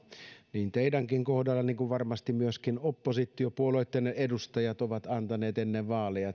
niin teidän kohdallanne kuin varmasti myöskin oppositiopuolueitten edustajat ovat antaneet ennen vaaleja